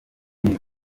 utari